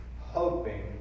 hoping